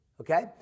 Okay